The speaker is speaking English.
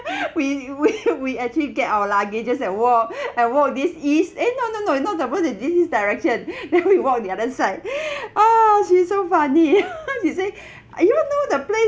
we we we actually get our luggages and walk and walk this east eh no no no you know that wasn't this east direction then we walk the other side ah she's so funny she say ah you all know the place